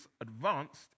advanced